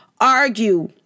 argue